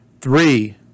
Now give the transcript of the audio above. three